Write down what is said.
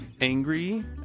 angry